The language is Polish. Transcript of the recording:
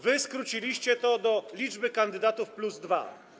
Wy skróciliście to do liczby kandydatów plus dwa.